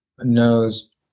knows